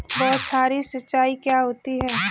बौछारी सिंचाई क्या होती है?